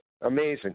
amazing